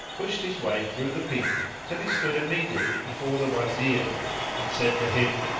pushed his way through the people till he stood immediately before the wazir and said to him,